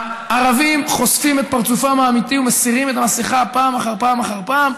הערבים חושפים את פרצופם האמיתי ומסירים את המסכה פעם אחר פעם אחר פעם,